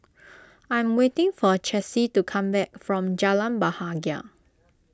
I am waiting for Chessie to come back from Jalan Bahagia